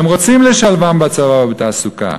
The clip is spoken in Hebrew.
הם רוצים לשלבם בצבא ובתעסוקה,